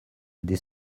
des